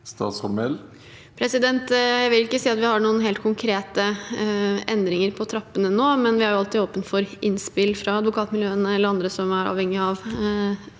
Mehl Jeg vil ikke si at vi har noen helt konkrete endringer på trappene nå, men vi er alltid åpne for innspill fra advokatmiljøene eller andre som er avhengig av